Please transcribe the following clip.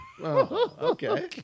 Okay